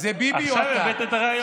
זה ביבי או אתה.